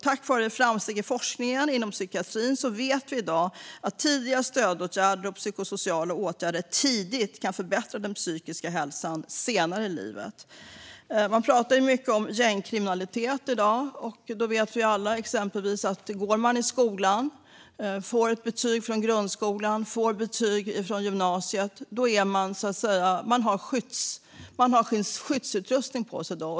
Tack vare framsteg i forskningen inom psykiatrin vet vi i dag att tidiga stödåtgärder och psykosociala åtgärder tidigt kan förbättra den psykiska hälsan senare i livet. Man pratar mycket om gängkriminalitet i dag. Då vet vi alla exempelvis att om man går i skolan och får ett betyg från grundskolan och gymnasiet har man en skyddsutrustning på sig.